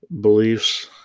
beliefs